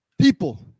People